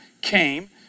came